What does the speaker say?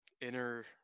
inner